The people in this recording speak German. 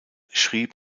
schrieb